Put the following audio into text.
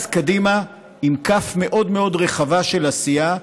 שזז קדימה עם כף מאוד מאוד רחבה של עשייה,